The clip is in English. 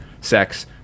Sex